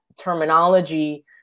terminology